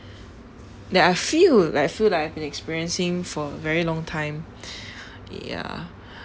that I feel like I feel like I've been experiencing for very long time ya